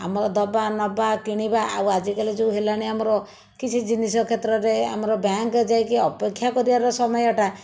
ଆମର ଦବା ନବା କିଣିବା ଆଉ ଆଜିକାଲି ଯେଉଁ ହେଲାଣି ଆମର କିଛି ଜିନିଷ କ୍ଷେତ୍ରରେ ଆମର ବ୍ୟାଙ୍କ ଯାଇକି ଅପେକ୍ଷା କରିବାର ସମୟଟା